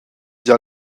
gia